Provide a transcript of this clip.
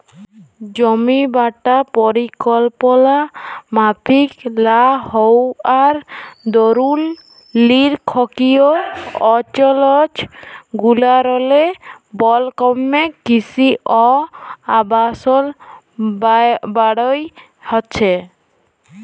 জমিবাঁটা পরিকল্পলা মাফিক লা হউয়ার দরুল লিরখ্খিয় অলচলগুলারলে বল ক্যমে কিসি অ আবাসল বাইড়হেছে